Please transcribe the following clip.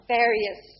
various